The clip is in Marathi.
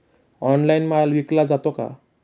ऑनलाइन माल विकला जातो का?